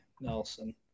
Nelson